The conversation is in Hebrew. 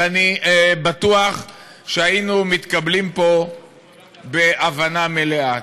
ואני בטוח שהיינו מתקבלים פה בהבנה מלאה.